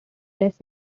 less